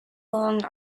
long